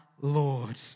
Lord